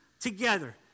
together